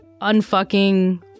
unfucking